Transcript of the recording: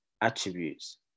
attributes